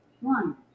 One